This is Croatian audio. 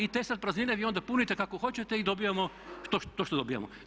I te sad praznine vi onda punite kako hoćete i dobijemo to što dobijemo.